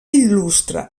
il·lustra